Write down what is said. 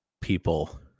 people